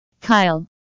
Kyle